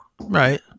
Right